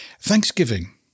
Thanksgiving